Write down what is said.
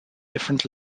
different